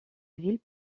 ville